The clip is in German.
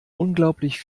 unglaublich